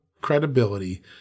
credibility